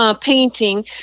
Painting